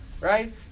right